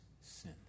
sin